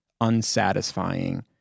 unsatisfying